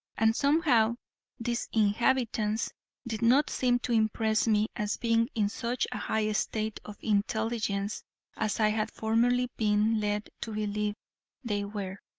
and somehow these inhabitants did not seem to impress me as being in such a high state of intelligence as i had formerly been led to believe they were.